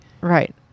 right